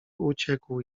uciekł